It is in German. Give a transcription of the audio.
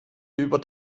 über